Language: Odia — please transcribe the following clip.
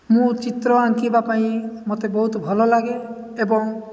ମୁଁ ଚିତ୍ର ଆଙ୍କିବା ପାଇଁ ମୋତେ ବହୁତ ଭଲ ଲାଗେ ଏବଂ